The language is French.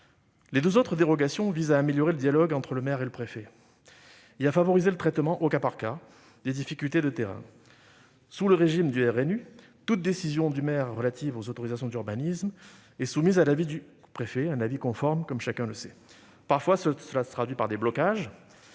Les deux autres dérogations tendent à améliorer le dialogue entre le maire et le préfet et à favoriser le traitement au cas par cas des difficultés de terrain. Sous le régime du RNU, toute décision du maire relative aux autorisations d'urbanisme est soumise à l'avis conforme du préfet. Parfois, cela se traduit par des blocages